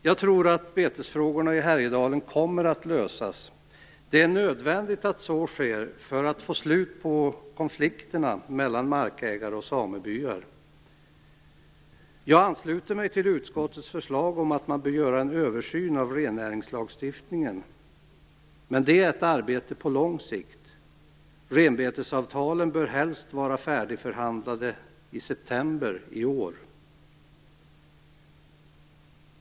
Jag tror att betesfrågorna i Härjedalen kommer att lösas. Det är nödvändigt att så sker för att vi skall få ett slut på konflikterna mellan markägare och samebyar. Jag ansluter mig till utskottets förslag om att man bör göra en översyn av rennäringslagstiftningen. Men det är ett arbete på lång sikt. Renbetesavtalen bör helst vara färdigförhandlade i september i år.